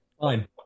Fine